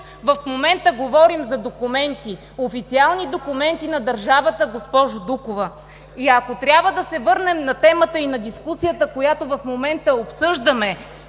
в момента говорим за документи – официални документи на държавата, госпожо Дукова! И ако трябва да се върнем на темата и на дискусията, която в момента обсъждаме